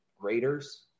graders